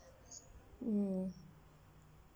mm